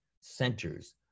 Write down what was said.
centers